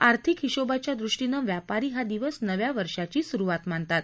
आर्थिक हिशोबाच्या दृष्टीनं व्यापारी हा दिवस नव्या वर्षाची सुरुवात मानतात